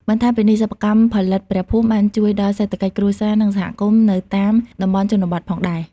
បន្ថែមពីនេះ សិប្បកម្មផលិតព្រះភូមិបានជួយដល់សេដ្ឋកិច្ចគ្រួសារ និងសហគមន៍នៅតាមតំបន់ជនបទផងដែរ។